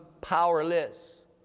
powerless